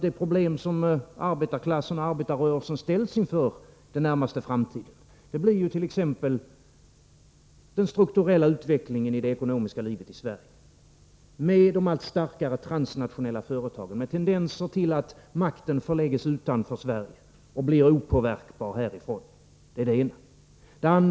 Det problem som arbetarklassen och arbetarrörelsen ställs inför den närmaste framtiden blir ju t.ex. den strukturella utvecklingen i det ekonomiska livet i Sverige med de allt starkare transnationella företagen, med tendenser till att makten förläggs utanför Sverige och blir opåverkbar härifrån. Det är en sida av saken.